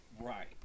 Right